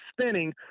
spinning